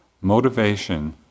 Motivation